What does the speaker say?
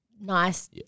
nice